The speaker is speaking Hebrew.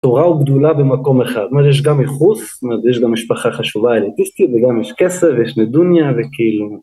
תורה וגדולה במקום אחד, זאת אומרת יש גם ייחוס, יש גם משפחה חשובה אליטיסטית וגם יש כסף ויש נדוניה וכאילו